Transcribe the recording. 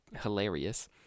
hilarious